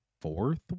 Fourth